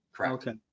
Okay